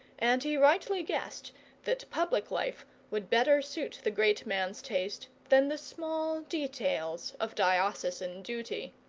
and he rightly guessed that public life would better suit the great man's taste, than the small details of diocesan duty.